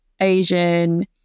Asian